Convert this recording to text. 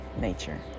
nature